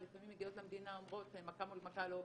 לפעמים מגיעות למדינה ואומרות מכה מול מכה לא עובד.